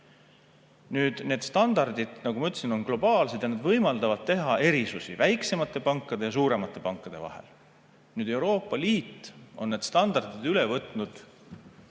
võtta. Need standardid, nagu ma ütlesin, on globaalsed ja võimaldavad teha erisusi väiksemate pankade ja suuremate pankade vahel. Euroopa Liit on need standardid üle võtnud